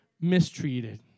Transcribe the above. mistreated